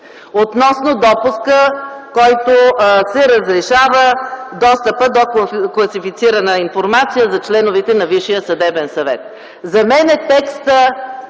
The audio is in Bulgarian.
относно допуска, с който се разрешава достъпът до класифицирана информация на членовете на Висшия съдебен съвет.